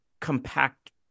compact